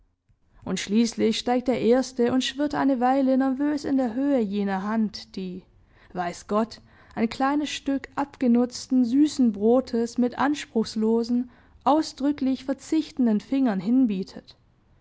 und schließlich steigt der erste und schwirrt eine weile nervös in der höhe jener hand die weiß gott ein kleines stück abgenutzten süßen brotes mit anspruchslosen ausdrücklich verzichtenden fingern hinbietet